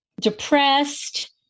depressed